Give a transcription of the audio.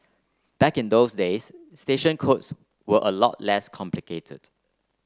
back in those days station codes were a lot less complicated